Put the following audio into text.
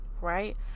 right